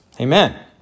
amen